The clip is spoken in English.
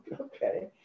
Okay